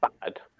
bad